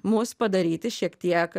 mus padaryti šiek tiek